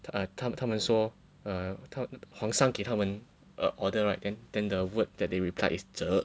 他们他们说 err 他皇上给他们 err order right than than the word that they replied is 者